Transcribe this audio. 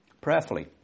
prayerfully